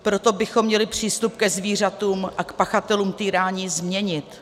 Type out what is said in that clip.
Proto bychom měli přístup ke zvířatům a k pachatelům týrání změnit.